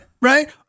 Right